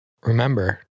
remember